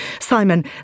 Simon